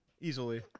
easily